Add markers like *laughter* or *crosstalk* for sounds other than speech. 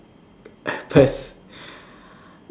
*noise* pers~